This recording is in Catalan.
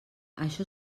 això